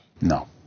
No